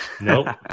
Nope